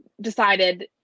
decided